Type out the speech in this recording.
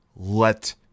Let